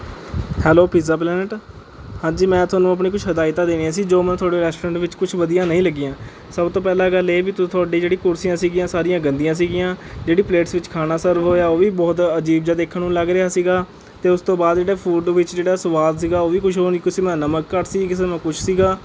hello pizza planet ਹਾਂਜੀ ਮੈਂ ਤੁਹਾਨੂੰ ਆਪਣੀ ਕੁਛ ਹਦਾਇਤਾਂ ਦੇਣੀਆਂ ਸੀ ਜੋ ਮੈਂ ਤੁਹਾਡੇ ਰੈਸਟੋਰੈਂਟ ਵਿੱਚ ਕੁਛ ਵਧੀਆ ਨਹੀਂ ਲੱਗੀਆਂ ਸਭ ਤੋਂ ਪਹਿਲਾਂ ਗੱਲ ਇਹ ਵੀ ਤੁ ਤੁਹਾਡੀ ਜਿਹੜੀ ਕੁਰਸੀਆਂ ਸੀ ਸਾਰੀਆਂ ਗੰਦੀਆਂ ਸੀ ਜਿਹੜੀ ਪਲੇਟਸ ਵਿੱਚ ਖਾਣਾ ਸਰਵ ਹੋਇਆ ਉਹ ਵੀ ਬਹੁਤ ਅਜੀਬ ਜਿਹਾ ਦੇਖਣ ਨੂੰ ਲੱਗ ਰਿਹਾ ਸੀ ਅਤੇ ਉਸ ਤੋਂ ਬਾਅਦ ਜਿਹੜਾ ਫੂਡ ਵਿੱਚ ਜਿਹੜਾ ਸਵਾਦ ਸੀ ਉਹ ਵੀ ਕੁਛ ਵੀ ਨਹੀਂ ਕਿਸੇ ਮਾ ਨਮਕ ਘੱਟ ਸੀ ਕਿਸੇ ਮਾ ਕੁਛ ਸੀ